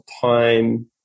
time